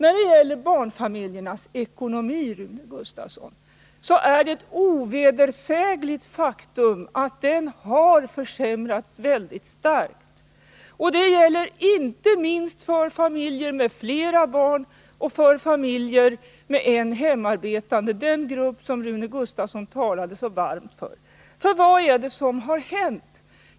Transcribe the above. Vad barnfamiljernas ekonomi beträffar, Rune Gustavsson, är det ett ovedersägligt faktum att den har försämrats väldigt starkt, inte minst för familjer med flera barn och familjer med en hemarbetande — den grupp som Rune Gustavsson talade så varmt för. Vad är det som har hänt?